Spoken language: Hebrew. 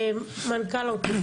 מנכ"ל האוצר.